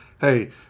hey